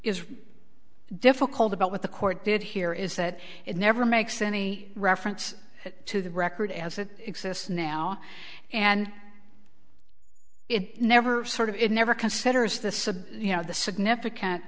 is difficult about what the court did here is that it never makes any reference to the record as it exists now and it never sort of it never considers this a you know the significant